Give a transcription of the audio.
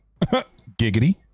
Giggity